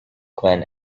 glen